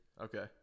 Okay